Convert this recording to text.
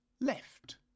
left